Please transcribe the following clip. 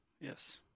yes